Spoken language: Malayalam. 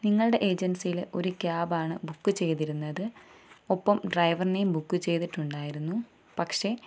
നിങ്ങളുടെ ഏജൻസിയിലെ ഒരു ക്യാബാണ് ബുക്ക് ചെയ്തിരുന്നത് ഒപ്പം ഡ്രൈവറിനെയും ബുക്ക് ചെയ്തിട്ടുണ്ടായിരുന്നു പക്ഷേ